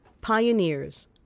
Pioneers